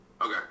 Okay